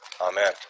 Amen